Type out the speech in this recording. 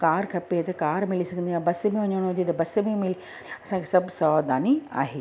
car खपे त car मिली वेंदी आहे बस में वञिणो हुजे त बस बि मिली असांखे सभु सावधानी आहे